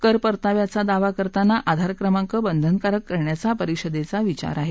कर परताव्याचा दावा करताना आधार क्रमांक बंधनकारक करण्याचा परिषदेचा विचार आहे